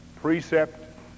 Precept